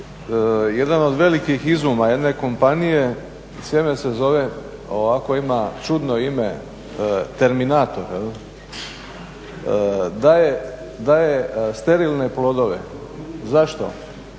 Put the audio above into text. Jedan od velikih izuma jedne kompanije, sjeme se zove ovako ima čudno ime terminator, daje sterilne plodove, zašto?